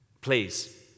please